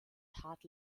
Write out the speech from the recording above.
tat